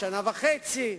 שנה וחצי,